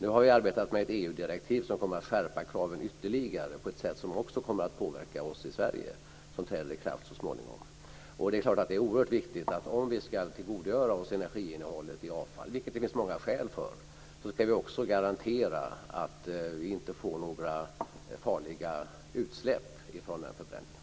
Nu har vi arbetat med ett EG-direktiv som kommer att skärpa kraven ytterligare på ett sätt som också kommer att påverka oss i Sverige, och det träder i kraft så småningom. Det är klart att det är oerhört viktigt att om vi ska tillgodogöra oss energiinnehållet i avfall - vilket det finns många skäl för - ska vi också garantera att det inte blir några farliga utsläpp från den förbränningen.